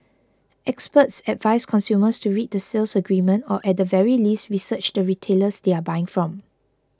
experts advise consumers to read the sales agreement or at the very least research the retailers they are buying from